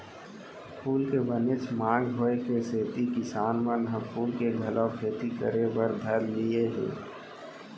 फूल के बनेच मांग होय के सेती किसान मन ह फूल के घलौ खेती करे बर धर लिये हें